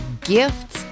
gifts